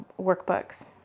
workbooks